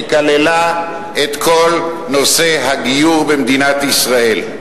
שכללה את כל נושא הגיור במדינת ישראל.